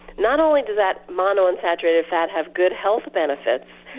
not only does that monounsaturated fat have good health benefits,